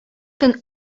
көн